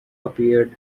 appeared